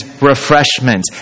refreshment